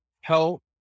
help